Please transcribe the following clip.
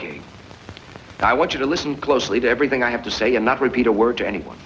keg i want you to listen closely to everything i have to say and not repeat a word to anyone